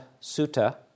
sutta